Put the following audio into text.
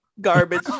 garbage